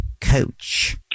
coach